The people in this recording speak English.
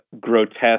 grotesque